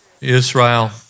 Israel